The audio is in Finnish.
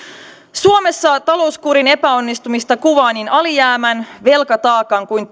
suomessa talouskurin epäonnistumista kuvaa niin alijäämän velkataakan kuin